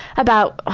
about.